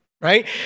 Right